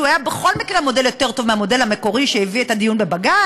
שהוא היה בכל מקרה מודל יותר טוב מהמודל המקורי שהביא את הדיון בבג"ץ,